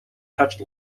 touched